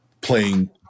playing